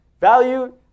value